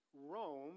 Rome